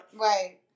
Right